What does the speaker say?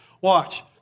Watch